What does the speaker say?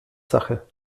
sache